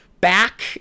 back